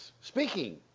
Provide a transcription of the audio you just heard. Speaking